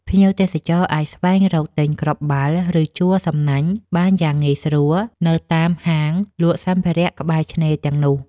ភ្ញៀវទេសចរអាចស្វែងរកទិញគ្រាប់បាល់ ឬជួលសំណាញ់បានយ៉ាងងាយស្រួលនៅតាមហាងលក់សម្ភារៈក្បែរឆ្នេរទាំងនោះ។